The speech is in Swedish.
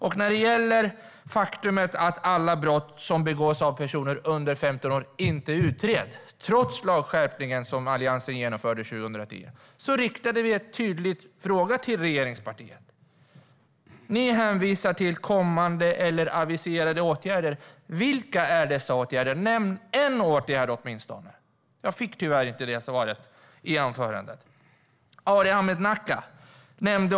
På grund av det faktum att alla brott som begås av personer under 15 år inte utreds, trots lagskärpningen som Alliansen genomförde 2010, riktade vi en tydlig fråga till regeringspartierna. Ni hänvisar till kommande eller aviserade åtgärder. Vilka är dessa åtgärder? Nämn åtminstone en åtgärd. Jag fick tyvärr inte detta svar i Arhe Hamednacas anförande. Herr ålderspresident!